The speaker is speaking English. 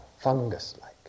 fungus-like